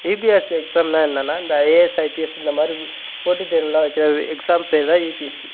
UPSC எக்ஸாம்னால் என்னென்னால் இந்த ஐஏஎஸ் ஐபிஎஸ் இந்த மாதிரி போட்டித் தேர்வுலாம் வைக்கிறது எக்ஸாம் பேர் தான் யுபிஎஸ்சி